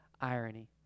irony